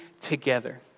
together